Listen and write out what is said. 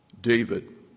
David